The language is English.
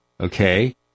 okay